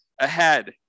ahead